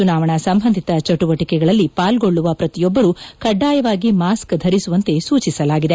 ಚುನಾವಣಾ ಸಂಬಂಧಿತ ಚಟುವಟಿಕೆಗಳಲ್ಲಿ ಪಾಲ್ಗೊಳ್ಳುವ ಪ್ರತಿಯೊಬ್ಬರೂ ಕಡ್ಡಾಯವಾಗಿ ಮಾಸ್ಕ್ ಧರಿಸುವಂತೆ ಸೂಚಿಸಲಾಗಿದೆ